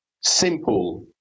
simple